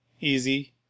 easy